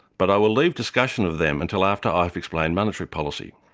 but i will leave discussion of them until after i've explained monetary policy.